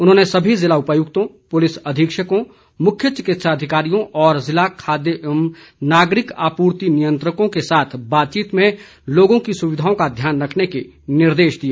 उन्होंने सभी जिला उपायुक्तों पुलिस अधीक्षकों मुख्य चिकित्सा अधिकारियों और जिला खाद्य एवं नागरिक आपूर्ति नियंत्रकों के साथ बातचीत में लोगों की सुविधाओं का ध्यान रखने के निर्देश दिए